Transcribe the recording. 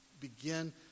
begin